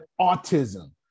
autism